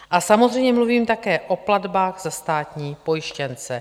A samozřejmě mluvím také o platbách za státní pojištěnce.